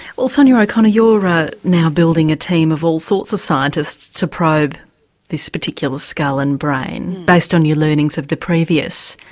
well sonia o'connor you're ah now building a team of all sorts of scientists to probe this particular skull and brain based on your learnings of the previous.